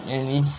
any